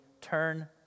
turn